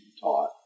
taught